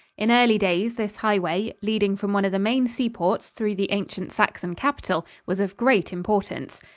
in early days this highway, leading from one of the main seaports through the ancient saxon capital was of great importance.